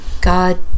God